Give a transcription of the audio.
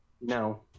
no